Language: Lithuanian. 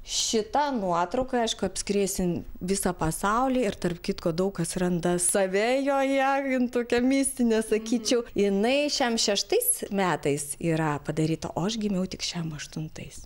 šita nuotrauka aišku apskriejusin visą pasaulį ir tarp kitko daug kas randa save joje jin tokia mistinė sakyčiau jinai šiam šeštais metais yra padaryta o aš gimiau tik šiam aštuntais